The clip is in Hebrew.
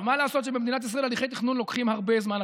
עכשיו מה לעשות שבמדינת ישראל הליכי תכנון לוקחים הרבה זמן,